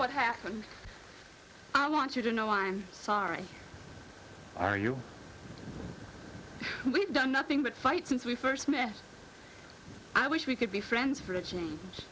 what happened i want you to know i'm sorry are you we've done nothing but fight since we first met i wish we could be friends